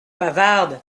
bavarde